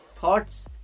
Thoughts